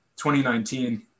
2019